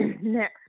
next